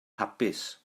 hapus